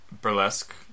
burlesque